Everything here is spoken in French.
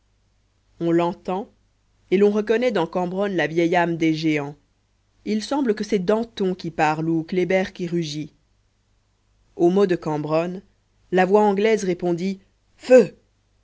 on l'entend et l'on reconnaît dans cambronne la vieille âme des géants il semble que c'est danton qui parle ou kléber qui rugit au mot de cambronne la voix anglaise répondit feu